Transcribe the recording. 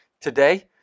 today